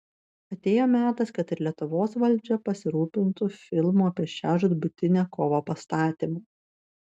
atėjo metas kad ir lietuvos valdžia pasirūpintų filmų apie šią žūtbūtinę kovą pastatymu